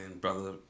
Brother